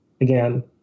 again